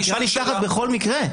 אבל החקירה נפתחת בכל מקרה.